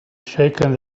shaking